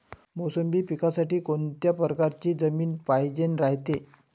मोसंबी पिकासाठी कोनत्या परकारची जमीन पायजेन रायते?